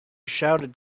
shouted